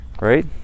right